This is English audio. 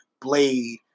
Blade